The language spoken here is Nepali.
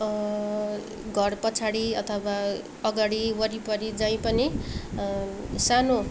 घर पछाडि अथवा अगाडि वरिपरी जहीँ पनि सानो